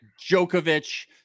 Djokovic